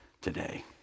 today